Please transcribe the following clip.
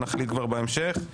נחליט כבר בהמשך.